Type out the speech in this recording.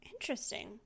Interesting